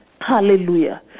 Hallelujah